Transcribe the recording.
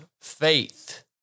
faith